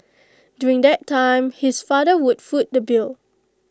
during that time his father would foot the bill